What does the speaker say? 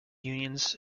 unions